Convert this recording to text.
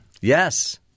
Yes